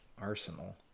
Arsenal